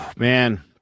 Man